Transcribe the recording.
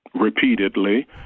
repeatedly